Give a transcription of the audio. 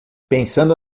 pensando